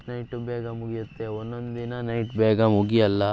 night ಬೇಗ ಮುಗಿಯುತ್ತೆ ಒಂದೊಂದು ದಿನ ನೈಟ್ ಬೇಗ ಮುಗ್ಯೋಲ್ಲ